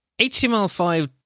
HTML5